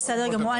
בסדר גמור.